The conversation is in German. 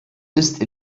ist